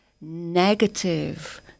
negative